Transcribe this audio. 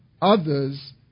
others